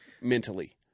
mentally